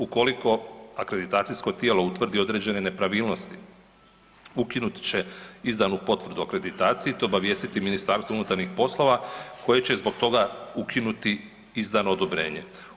Ukoliko akreditacijsko tijelo utvrdi određene nepravilnosti, ukinut će izdanu potvrdu o akreditaciji, obavijestiti Ministarstvo unutarnjih poslova, koje će zbog toga ukinuti izdano odobrenje.